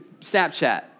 Snapchat